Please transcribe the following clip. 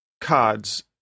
cards